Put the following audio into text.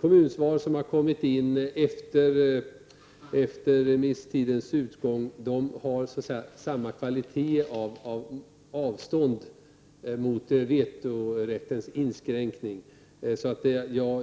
kommunsvar som har inkommit efter remisstidens utgång har samma kvalitet av avståndstagande mot vetorättens inskränkning.